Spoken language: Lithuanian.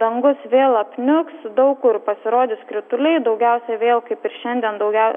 dangus vėl apniuks daug kur pasirodys krituliai daugiausia vėl kaip ir šiandien daugia